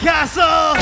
Castle